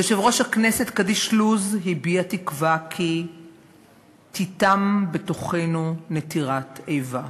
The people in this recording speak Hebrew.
יושב-ראש הכנסת קדיש לוז הביע תקווה ש"תיתם בתוכנו נטירת איבה",